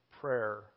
prayer